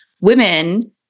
women